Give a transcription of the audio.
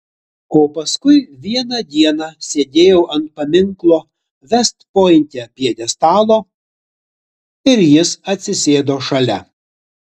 o paskui vieną dieną sėdėjau ant paminklo vest pointe pjedestalo ir jis atsisėdo šalia